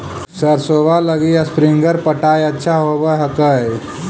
सरसोबा लगी स्प्रिंगर पटाय अच्छा होबै हकैय?